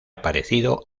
parecido